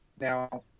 Now